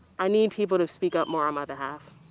i need people to speak up more on my behalf.